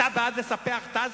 אתה בעד לספח את עזה?